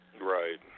Right